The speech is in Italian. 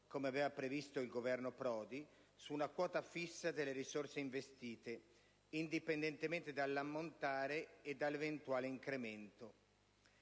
come aveva previsto il Governo Prodi, su una quota fissa delle risorse investite, indipendentemente dall'ammontare e dall'eventuale incremento.